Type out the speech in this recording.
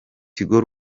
tigo